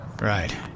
Right